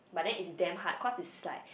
but then is damn hard cause it's like